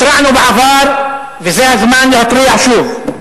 התרענו בעבר וזה הזמן להתריע שוב.